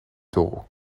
taureau